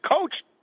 coach